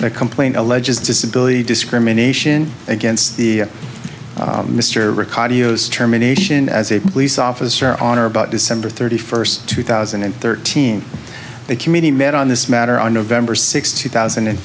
the complaint alleges disability discrimination against the mr ricard determination as a police officer on or about december thirty first two thousand and thirteen the committee met on this matter on november sixth two thousand and